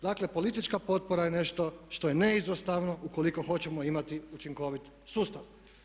Dakle, politička potpora je nešto što je neizostavno ukoliko hoćemo imati učinkovit sustav.